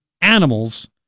animals